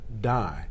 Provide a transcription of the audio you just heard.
die